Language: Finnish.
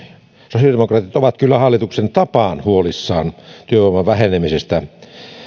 sosiaalidemokraatit ovat kyllä hallituksen tapaan huolissaan työvoiman vähenemisestä